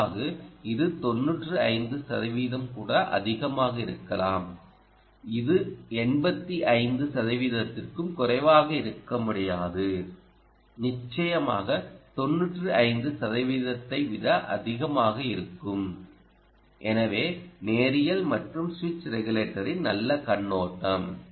பொதுவாக இது 95 சதவிகிதம் கூட அதிகமாக இருக்கலாம் இது 85 சதவிகிதத்திற்கும் குறைவாக இருக்க முடியாது நிச்சயமாக 95 சதவிகிதத்தை விட அதிகமாக இருக்கும் எனவே நேரியல் மற்றும் சுவிட்ச் ரெகுலேட்டரின் நல்ல கண்ணோட்டம்